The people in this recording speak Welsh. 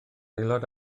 aelod